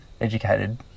educated